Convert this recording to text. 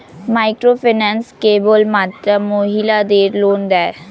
Microfinance কেবলমাত্র মহিলাদের loan দেয়?